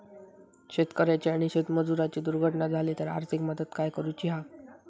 शेतकऱ्याची आणि शेतमजुराची दुर्घटना झाली तर आर्थिक मदत काय करूची हा?